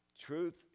Truth